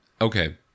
Okay